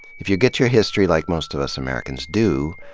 if you get your history like most of us americans do,